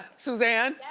suzanne? yeah,